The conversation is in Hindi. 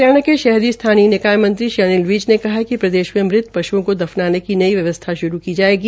हरियाणा के शहरी स्थानीय निकाय मंत्री श्री अनिल विज ने कहा कि प्रदेश में मृत पश्ओं को दफनाने की नई व्यवस्था शुरू की जाएगी